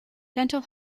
dental